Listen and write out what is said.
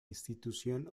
institución